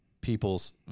people's